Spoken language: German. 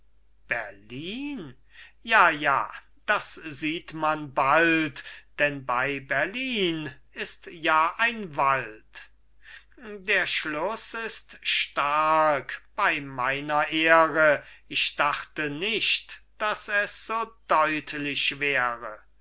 ja ja das sieht man bald denn bei berlin ist ja ein wald der schluß ist stark bei meiner ehre ich dachte nicht daß es so deutlich wäre